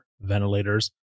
ventilators